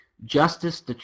Justice –